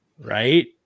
right